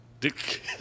Dick